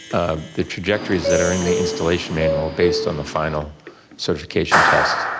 the trajectories that are in the installation manual, based on the final certification test,